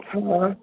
हा